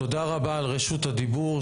תודה רבה על רשות הדיבור.